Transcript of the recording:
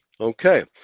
Okay